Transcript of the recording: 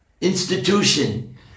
institution